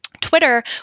Twitter